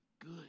good